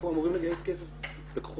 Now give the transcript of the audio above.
אנחנו אמורים לגייס כסף בכוחותינו.